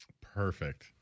Perfect